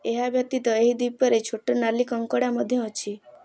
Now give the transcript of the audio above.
ଏହା ବ୍ୟତୀତ ଏହି ଦ୍ୱୀପରେ ଛୋଟ ନାଲି କଙ୍କଡ଼ା ମଧ୍ୟ ଅଛି